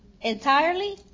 entirely